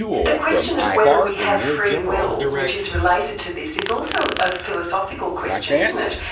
the question of whether we have free will which is related to this is also a philosophical question, isn't it.